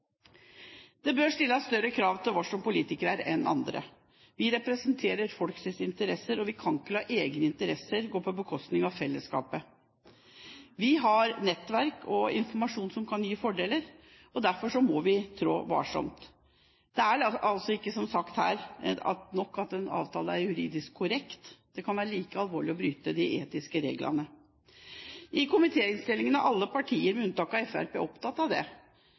til andre. Vi representerer folks interesser og kan ikke la egne interesser gå på bekostning av fellesskapet. Vi har nettverk og informasjon som kan gi fordeler, derfor må vi trå varsomt. Det er ikke, som det er blitt sagt her, nok at en avtale er juridisk korrekt, det kan være like alvorlig å bryte de etiske reglene. I komiteinnstillingen er alle partier, med unntak av Fremskrittspartiet, opptatt av det,